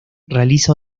realiza